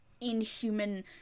inhuman